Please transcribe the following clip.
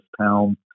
town